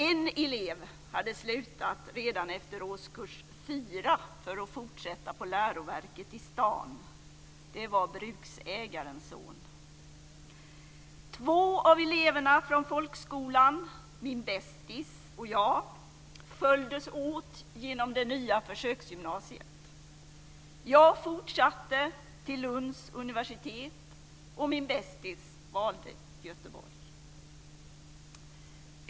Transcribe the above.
En elev hade slutat redan efter årskurs 4 för att fortsätta på läroverket i stan. Det var bruksägarens son. Två av eleverna från folkskolan, min bästis och jag, följdes åt genom det nya försöksgymnasiet. Jag fortsatte till Lunds universitet och min bästis valde Göteborg.